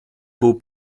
był